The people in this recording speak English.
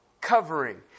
covering